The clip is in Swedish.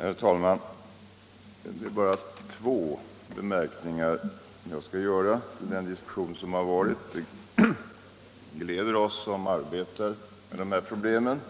Herr talman! Det är bara två anmärkningar som jag vill göra till diskussionen kring detta ärende. Vi som arbetat med de här problemen